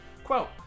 Quote